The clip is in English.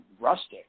rustic